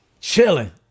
chilling